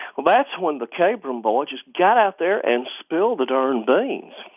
well, that's when the kabrahm boy just got out there and spilled the darn beans.